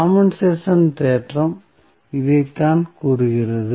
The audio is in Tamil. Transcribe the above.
காம்பென்சேஷன் தேற்றம் இதைத்தான் கூறுகிறது